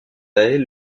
elle